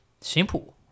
Simple